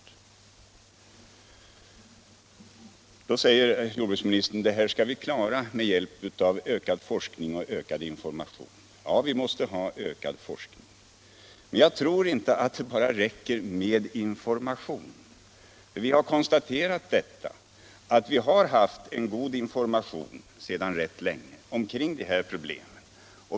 Jordbruksministern säger i det sammanhanget: Det här skall vi klara med hjälp av ökad forskning och ökad information. Ja, vi måste ha en ökad forskning. Men jag tror inte att det räcker med bara information, eftersom vi ju konstaterat att vi sedan ganska lång tid redan har en god information om dessa problem.